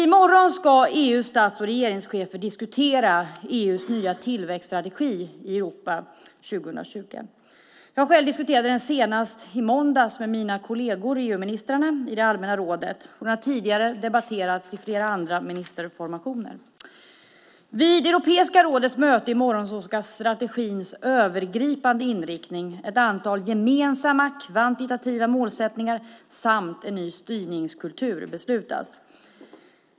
I morgon ska EU:s stats och regeringschefer diskutera EU:s nya tillväxtstrategi, Europa 2020. Jag själv diskuterade den senast i måndags med mina kolleger EU-ministrarna i det allmänna rådet, och den har tidigare debatterats i flera andra ministerrådsformationer. Vid Europeiska rådets möte i morgon ska strategins övergripande inriktning, ett antal gemensamma kvantitativa målsättningar samt en ny styrningskultur beslutas.